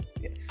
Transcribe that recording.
yes